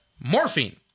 morphine